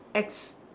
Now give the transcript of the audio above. X